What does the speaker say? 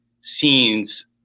scenes